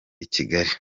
ikigali